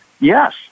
Yes